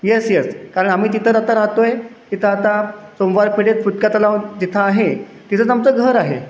yes yes कारण आम्ही तिथं आता राहतो आहे तिथं आता सोमवार पेठेत फुटका तलाव जिथं आहे तिथंच आमचं घर आहे